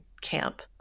camp